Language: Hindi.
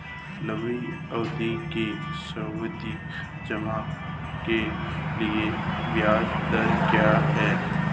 लंबी अवधि के सावधि जमा के लिए ब्याज दर क्या है?